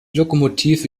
lokomotive